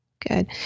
Good